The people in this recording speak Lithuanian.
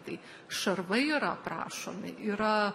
tai šarvai yra aprašomi yra